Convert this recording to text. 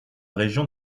région